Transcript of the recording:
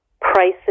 prices